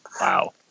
Wow